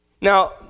now